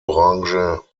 branche